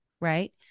Right